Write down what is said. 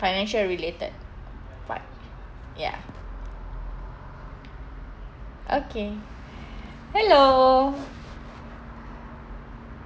financial related part ya okay hello